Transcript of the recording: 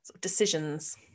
decisions